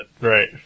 Right